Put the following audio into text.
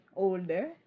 older